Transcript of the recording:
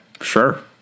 Sure